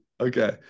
Okay